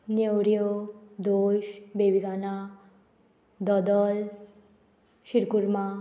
नेवऱ्यो दोश बेबिकाना दोदल शिरकुर्मा